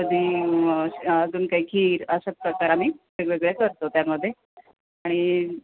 कधी अजून काही खीर अशा प्रकार आम्ही वेगवेगळे करतो त्यामध्ये आणि